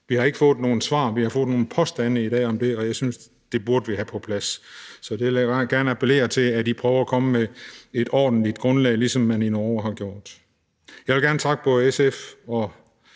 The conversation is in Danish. Vi har ikke fået nogen svar. Vi har fået nogle påstande i dag om det, og jeg synes, vi burde have det på plads. Så der vil jeg bare gerne appellere til, at I prøver at komme med et ordentligt grundlag, ligesom man har gjort i Norge. Jeg vil gerne takke både